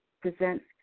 Presents